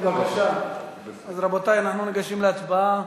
רבותי, אנחנו ניגשים להצבעה.